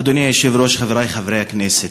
אדוני היושב-ראש, חברי חברי הכנסת,